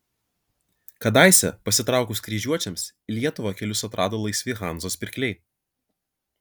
kadaise pasitraukus kryžiuočiams į lietuvą kelius atrado laisvi hanzos pirkliai